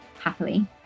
Happily